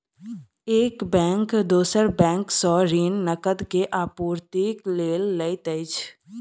एक बैंक दोसर बैंक सॅ ऋण, नकद के आपूर्तिक लेल लैत अछि